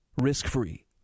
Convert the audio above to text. risk-free